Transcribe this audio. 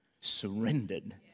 surrendered